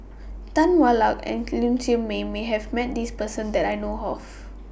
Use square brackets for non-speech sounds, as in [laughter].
Tan Hwa Luck and Ling Siew May has Met This Person [noise] that I know of